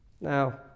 Now